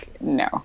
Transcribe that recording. no